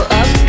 up